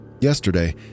Yesterday